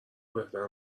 بهتر